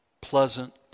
pleasant